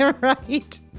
Right